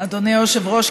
אדוני היושב-ראש,